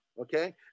okay